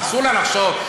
אסור לה לחשוב?